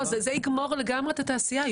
זה יגמור לגמרי את התעשייה.